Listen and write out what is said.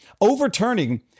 overturning